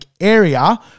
area